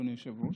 אדוני היושב-ראש,